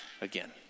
again